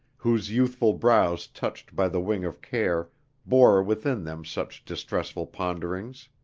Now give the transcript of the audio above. whose youthful brows touched by the wing of care bore within them such distressful ponderings.